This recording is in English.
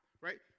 right